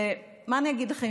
מה אני אגיד לכם,